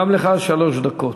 גם לך שלוש דקות.